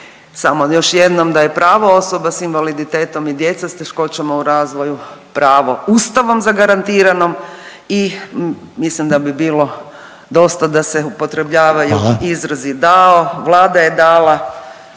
samo još jednom da je pravo s invaliditetom i djece s teškoćama u razvoju pravo Ustavom zagarantirano i mislim da bi bilo dosta da se upotrebljavaju izrazi …/Upadica: